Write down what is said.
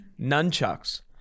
Nunchucks